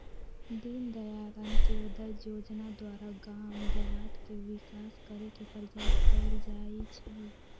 दीनदयाल अंत्योदय जोजना द्वारा गाम देहात के विकास करे के प्रयास कएल जाइ छइ